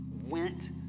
went